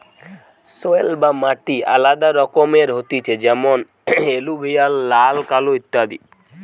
soil বা মাটি আলাদা রকমের হতিছে যেমন এলুভিয়াল, লাল, কালো ইত্যাদি